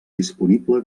disponible